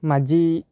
माझी